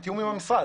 בתיאום עם המשרד.